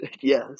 Yes